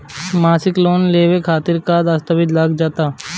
मसीक लोन लेवे खातिर का का दास्तावेज लग ता?